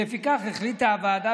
לפיכך החליטה הוועדה,